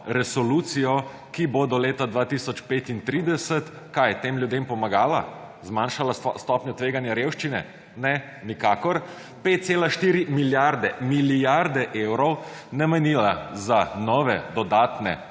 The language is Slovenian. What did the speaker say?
resolucijo, ki bo do leta 2035 kaj? Tem ljudem pomagala? Zmanjšala stopnjo tveganja revščine? Ne, nikakor. 5,4 milijarde, milijarde evrov namenila za nove, dodatne